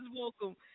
welcome